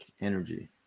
energy